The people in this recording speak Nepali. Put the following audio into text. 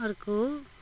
अर्को